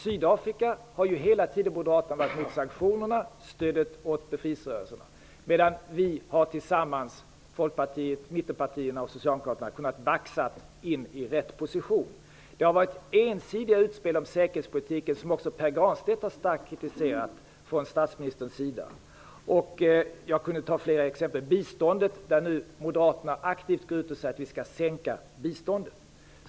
Moderaterna var hela tiden emot sanktionerna mot Sydafrika och stödet för befrielserörelserna, medan mittenpartierna och Socialdemokraterna tillsammans har kunnat baxa in i rätt position. Det har från statsministerns sida förekommit ensidiga utspel om säkerhetspolitiken, som också Pär Granstedt har kritiserat starkt. Jag kan ta fler exempel. Biståndet är ett sådant. Moderaterna går nu aktivt ut och säger att vi skall sänka biståndet.